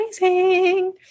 Amazing